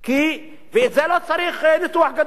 כי, ולזה לא צריך ניתוח גדול,